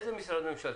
איזה משרד ממשלתי?